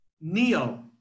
Neo